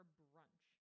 brunch